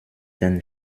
den